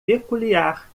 peculiar